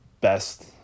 best